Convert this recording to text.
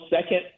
second